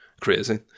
crazy